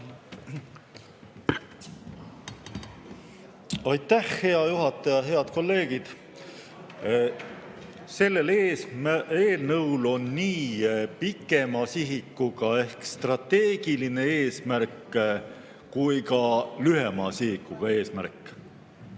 Aitäh, hea juhataja! Head kolleegid! Sellel eelnõul on nii pikema sihikuga ehk strateegiline eesmärk kui ka lühema sihikuga eesmärk.